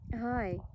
Hi